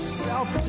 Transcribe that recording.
self